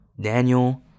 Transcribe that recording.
Daniel